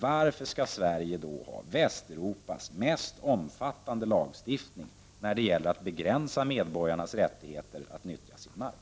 Varför skall Sverige då ha Västeuropas mest omfattande lagstiftning när det gäller att begränsa medborgarnas rättigheter att nyttja sin mark?